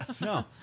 No